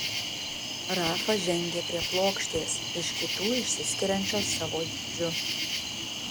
rafa žengė prie plokštės iš kitų išsiskiriančios savo dydžiu